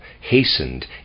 hastened